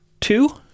two